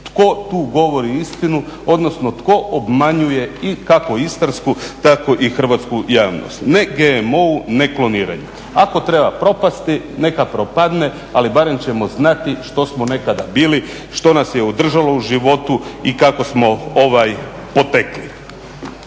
tko tu govori istinu, odnosno tko obmanjuje i kako istarsku, tako i hrvatsku javnost. Ne GMO-u, ne kloniranju. Ako treba propasti, neka propadne, ali barem ćemo znati što smo nekada bili, što nas je održalo na životu i kako smo ovaj, opekli.